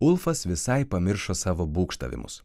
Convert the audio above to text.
ulfas visai pamiršo savo būgštavimus